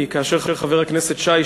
כי כאשר חבר הכנסת שי,